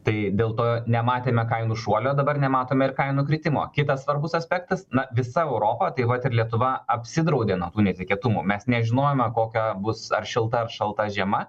tai dėl to nematėme kainų šuolio dabar nematome ir kainų kritimo kitas svarbus aspektas na visa europa taip pat ir lietuva apsidraudė nuo tų netikėtumų mes nežinojome kokia bus ar šilta ar šalta žiema